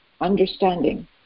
understanding